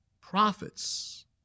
prophets